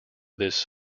this